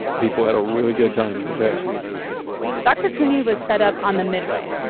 people had a really good time at the fair dr. couney was set up on the midway.